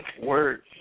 words